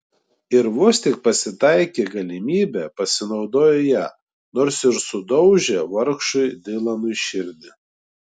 ir vos tik pasitaikė galimybė pasinaudojo ja nors ir sudaužė vargšui dilanui širdį